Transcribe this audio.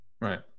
Right